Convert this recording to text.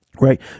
right